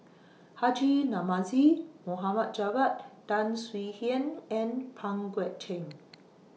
Haji Namazie Muhammad Javad Tan Swie Hian and Pang Guek Cheng